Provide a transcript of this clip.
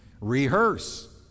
rehearse